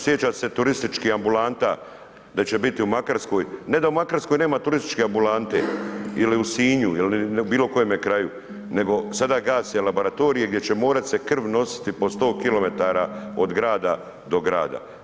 Sjećate se turističkih ambulanta da će biti u Makarskoj, ne da u Makarskoj nema turističke ambulante ili u Sinju ili u bilo kojem kraju nego sada gase laboratorije gdje će morat se krv nositi po 100km od grada do grada.